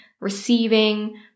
receiving